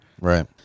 right